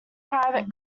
private